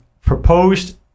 proposed